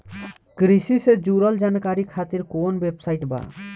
कृषि से जुड़ल जानकारी खातिर कोवन वेबसाइट बा?